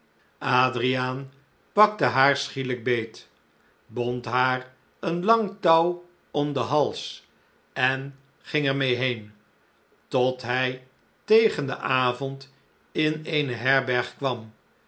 adriaan pakte haar schielijk beet bond haar een lang touw om den hals en ging er meê heen tot hij tegen den avond in eene herberg kwam